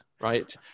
Right